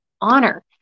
honor